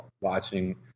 watching